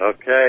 Okay